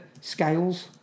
Scales